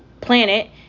planet